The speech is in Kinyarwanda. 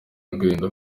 agahinda